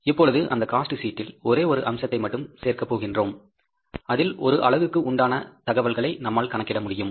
இப்பொழுது அந்த காஸ்ட் சீட்டில் ஒரே ஒரு அம்சத்தை மட்டும் சேர்க்க போகின்றோம் அதில் ஒரு அலகுக்கு உண்டான தகவல்களை நம்மால் கணக்கிட முடியும்